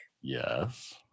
Yes